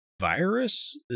virus